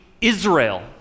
Israel